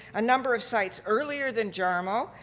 a number of sites earlier than jarmo,